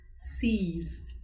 sees